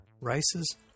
Races